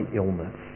illness